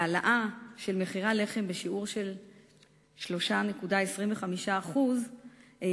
והעלאה של מחירי הלחם בשיעור של 3.25% אומנם